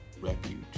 Refuge